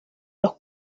los